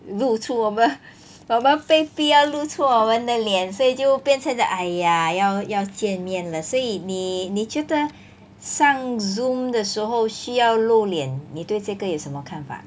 露出我们 我们被逼要露出我们的脸所以就变成讲 !aiya! 要要见面了所以你你觉得上 Zoom 的时候需要露脸你对这个有什么看法